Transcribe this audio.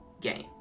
game